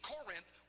Corinth